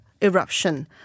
eruption